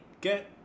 get